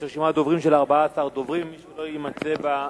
יש רשימה של 14 דוברים, מי שלא יימצא במליאה,